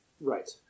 Right